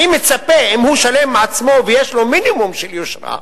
אני מצפה: אם הוא שלם עם עצמו ויש לו מינימום של יושרה,